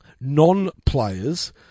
non-players